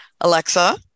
Alexa